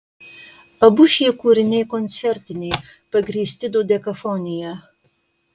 abu šie kūriniai koncertiniai pagrįsti dodekafonija